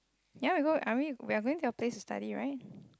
ya we go are we we're going to your place to study right